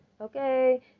Okay